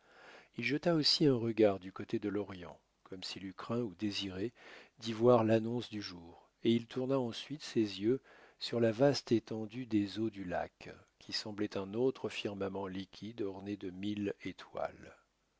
il jeta aussi un regard du côté de l'orient comme s'il eût craint ou désiré d'y voir l'annonce du jour et il tourna ensuite ses yeux sur la vaste étendue des eaux du lac qui semblait un autre firmament liquide orné de mille étoiles